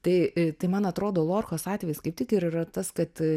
tai a tai man atrodo lorkos atvejis kaip tik ir yra tas kad